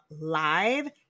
live